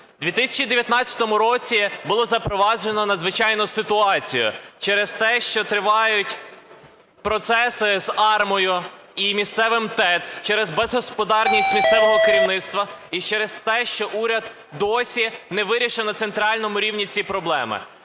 У 2019 році було запроваджено надзвичайну ситуацію через те, що тривають процеси з АРМА і місцевим ТЕЦ, через безгосподарність місцевого керівництва і через те, що уряд досі не вирішив на центральному рівні ці проблеми.